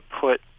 put